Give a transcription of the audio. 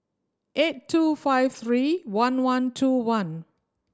eight two five three one one two one